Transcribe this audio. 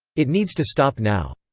it needs to stop now.